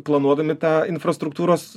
planuodami tą infrastruktūros